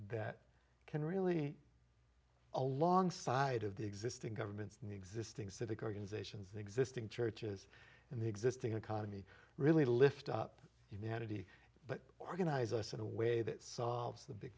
that can really alongside of the existing governments and the existing civic organizations the existing churches and the existing economy really lift up humanity but organize us in a way that salves the big